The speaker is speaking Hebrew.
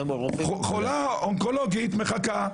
חולה אונקולוגית מחכה,